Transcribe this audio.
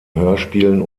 hörspielen